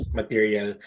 material